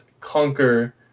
conquer